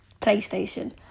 PlayStation